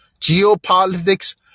geopolitics